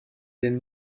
den